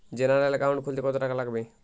General account খুলতে কত টাকা লাগবে?